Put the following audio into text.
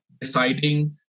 Deciding